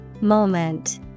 Moment